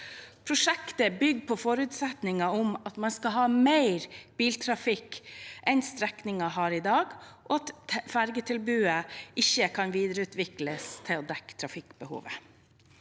Prosjektet bygger på forutsetningen om at man skal ha mer biltrafikk enn strekningen har i dag, og at ferjetilbudet ikke kan videreutvikles til å dekke trafikkbehovet.